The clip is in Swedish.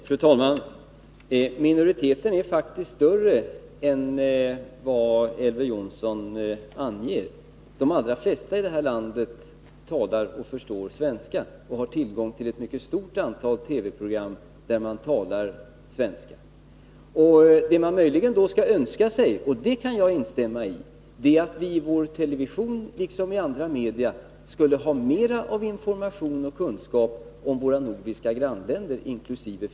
Fru talman! Minoriteten är faktiskt större än vad Elver Jonsson anger. De allra flesta människor i detta land talar och förstår svenska och har tillgång till ett mycket stort antal TV-program där man talar svenska. Det man möjligen skall önska sig — och det kan jag instämma i — är att vi i vår television, liksom i andra media, skall sprida mer information och kunskap om våra nordiska grannländer, inkl.